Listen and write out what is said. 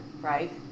Right